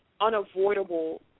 unavoidable